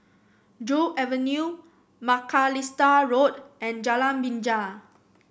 Joo Avenue Macalister Road and Jalan Binja